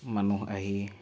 মানুহ আহি